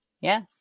yes